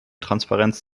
transparenz